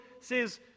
says